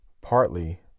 partly